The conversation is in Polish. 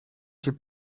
cię